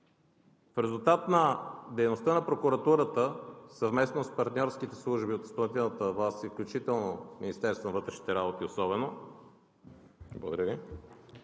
В резултат на дейността на прокуратурата, съвместно с партньорските служби от изпълнителната власт, включително и Министерството на вътрешните работи особено,